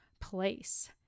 place